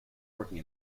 working